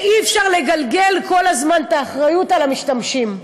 ואי-אפשר לגלגל כל הזמן את האחריות למשתמשים.